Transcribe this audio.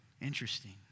Interesting